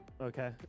okay